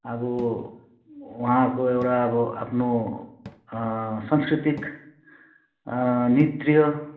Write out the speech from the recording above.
अब वहाँको एउटा अब आफ्नो सांस्कृतिक नृत्य